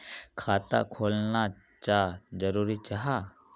खाता खोलना चाँ जरुरी जाहा?